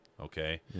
okay